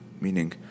meaning